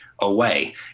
away